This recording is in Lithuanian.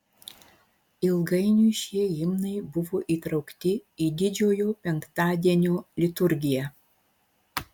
ilgainiui šie himnai buvo įtraukti į didžiojo penktadienio liturgiją